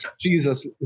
Jesus